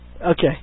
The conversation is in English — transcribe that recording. Okay